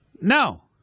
No